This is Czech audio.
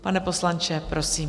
Pane poslanče, prosím.